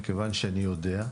מכיוון שאני יודע.